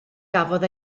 gafodd